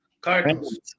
Cardinals